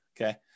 okay